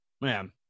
Man